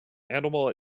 animal